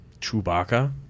Chewbacca